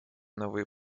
новые